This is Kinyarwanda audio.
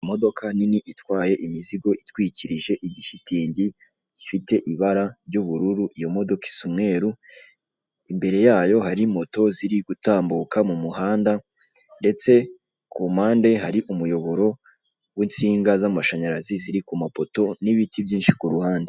Imodoka nini itwaye imizigo, itwikirije igishitingi gifite ibara ry'ubururu, yo ikaba isa umweru. Imbere yayo hari moto ziri gutambuka mu muhanda ndetse ku mpande hari umuyoboro w'insiga z'amashanyarazi n'ibiti byinshi ku mpande.